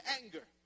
anger